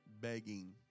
begging